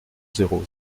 zéro